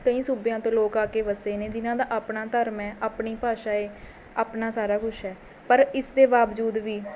ਕਈ ਸੂਬਿਆਂ ਤੋਂ ਲੋਕ ਆ ਕੇ ਵਸੇ ਨੇ ਜਿੰਨ੍ਹਾਂ ਦਾ ਆਪਣਾ ਧਰਮ ਹੈ ਆਪਣੀ ਭਾਸ਼ਾ ਏ ਆਪਣਾ ਸਾਰਾ ਕੁਝ ਹੈ ਪਰ ਇਸਦੇ ਬਾਵਜੂਦ ਵੀ